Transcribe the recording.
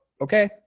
okay